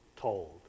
told